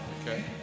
Okay